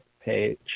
page